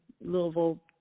Louisville